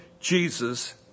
Jesus